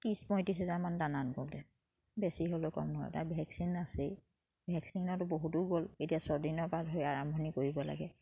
ত্ৰিছ পঁয়ত্ৰিছ হাজাৰমান দানাত গ'ল বেছি হ'লেও কম নহয় তাৰ ভেকচিন আছেই ভেকচিনতো বহুতো গ'ল এতিয়া ছদিনৰ পৰা ধৰি আৰম্ভণি কৰিব লাগে